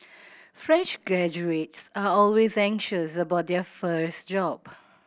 fresh graduates are always anxious about their first job